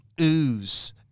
ooze